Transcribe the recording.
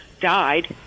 died